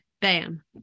Bam